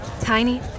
tiny